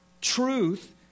truth